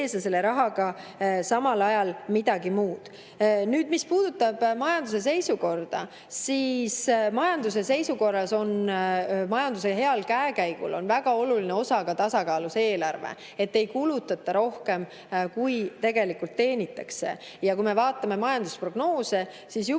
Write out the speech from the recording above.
muud. Mis puudutab majanduse seisukorda, siis majanduse heas käekäigus on väga oluline osa tasakaalus eelarvel: ei kulutata rohkem, kui tegelikult teenitakse. Ja kui me vaatame majandusprognoose, siis juba